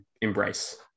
embrace